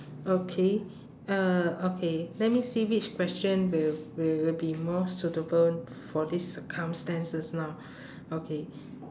okay uh okay let me see which question will will will be more suitable for these circumstances now okay